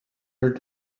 her